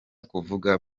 kuvuga